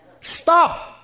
Stop